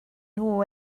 nhw